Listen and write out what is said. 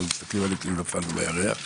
היו מסתכלים עלינו כאילו נפלנו מהירח.